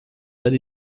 that